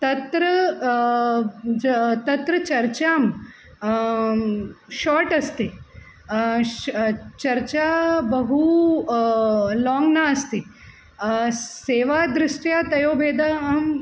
तत्र च तत्र चर्चा शार्ट् अस्ति चर्चा बहु लाङ्ग् नास्ति सेवादृस्ट्या तयोः भेदः अहं